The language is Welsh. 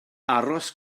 aros